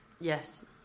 Yes